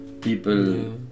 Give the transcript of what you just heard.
people